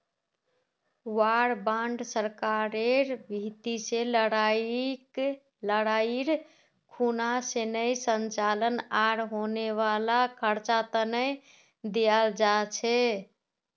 war bond सरकारेर भीति से लडाईर खुना सैनेय संचालन आर होने वाला खर्चा तने दियाल जा छे